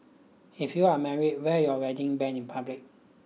if you're married wear your wedding band in public